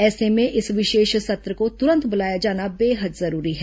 ऐसे में इस विशेष सत्र को तुरंत बुलाया जाना बेहद जरूरी है